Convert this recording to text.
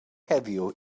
heddiw